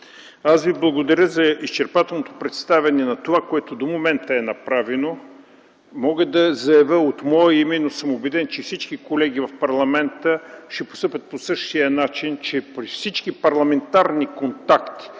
аз Ви благодаря за изчерпателното представяне на това, което до момента е направено. Мога да заявя от мое име, но съм убеден, че всички колеги в парламента ще постъпят по същия начин, че при всички парламентарни контакти